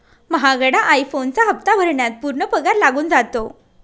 महागडा आई फोनचा हप्ता भरण्यात पूर्ण पगार लागून जातो